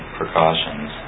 precautions